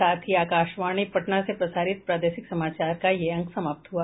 इसके साथ ही आकाशवाणी पटना से प्रसारित प्रादेशिक समाचार का ये अंक समाप्त हुआ